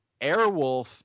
Airwolf